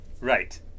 Right